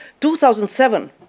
2007